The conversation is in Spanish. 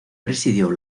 presidió